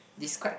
describe